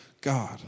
God